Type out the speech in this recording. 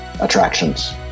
attractions